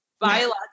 biological